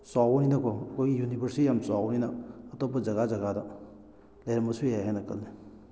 ꯆꯥꯎꯕꯅꯤꯅꯀꯣ ꯑꯩꯈꯣꯏꯒꯤ ꯌꯨꯅꯤꯚꯔꯁꯁꯤ ꯌꯥꯝ ꯆꯥꯎꯕꯅꯤꯅ ꯑꯇꯣꯞꯄ ꯖꯒꯥ ꯖꯒꯥꯗ ꯂꯩꯔꯝꯕꯁꯨ ꯌꯥꯏ ꯍꯥꯏꯅ ꯈꯜꯂꯤ